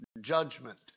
judgment